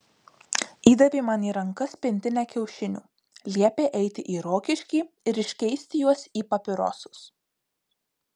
įdavė man į rankas pintinę kiaušinių liepė eiti į rokiškį ir iškeisti juos į papirosus